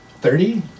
Thirty